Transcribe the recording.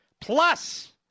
Plus